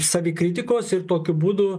savikritikos ir tokiu būdu